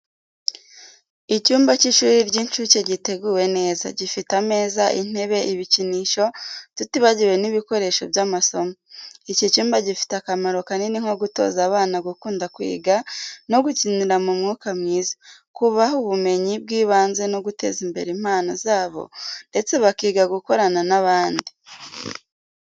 Icyumba cy’ishuri ry’incuke giteguwe neza, gifite ameza, intebe, ibikinisho, tutibagiwe n'ibikoresho by’amasomo. Iki cyumba gifite akamaro kanini nko gutoza abana gukunda kwiga no gukinira mu mwuka mwiza, kubaha ubumenyi bw’ibanze no guteza imbere impano zabo ndetse bakiga gukorana n’abandi.